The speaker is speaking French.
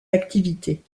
activités